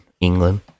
England